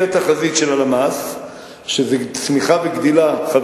זאת אומרת, זה המחיר.